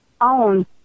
own